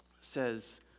says